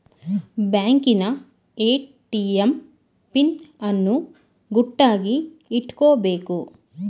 ಬ್ಯಾಂಕಿನ ATM PIN ಅನ್ನು ಗುಟ್ಟಾಗಿ ಇಟ್ಕೊಬೇಕು